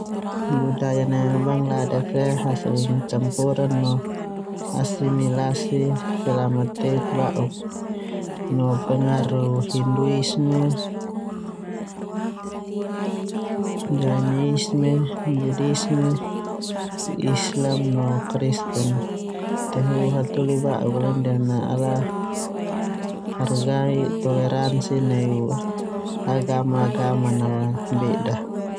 Budaya neme Bangladeshh ia hasil campuran no asimilasi selama teuk ba'uk no pengaruh hinduisme, jainisme, budishme, islam no kristen.